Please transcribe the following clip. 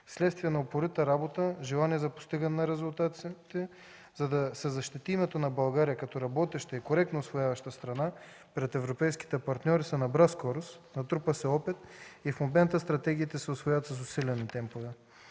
Вследствие на упорита работа и желание за постигане на резултати, за да се защити името на България като работеща и коректно усвояваща страна пред европейските партньори, се набра скорост, натрупа се опит и в момента стратегиите се изпълняват с усилени темпове.